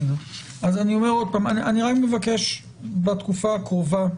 אז אני אומר עוד פעם אני רק מבקש בתקופה הקרובה,